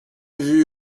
vue